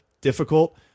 difficult